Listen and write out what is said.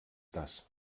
das